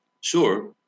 Sure